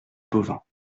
bovins